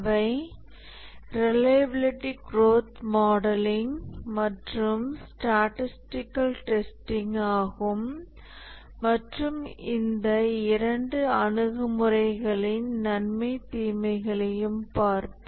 அவை reliability growth modelling மற்றும் statistical testing ஆகும் மற்றும் இந்த இரண்டு அணுகுமுறைகளின் நன்மை தீமைகளையும் பார்ப்போம்